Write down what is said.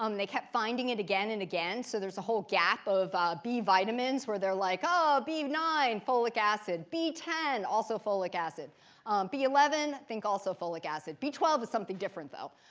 um they kept finding it again and again, so there's a whole gap of b-vitamins where they're like, oh, b nine, folic acid b ten, also folic acid b eleven, i think also folic acid. b twelve something different, though.